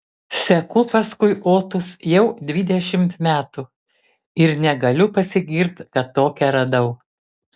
seku paskui otus jau dvidešimt metų ir negaliu pasigirti kad tokią radau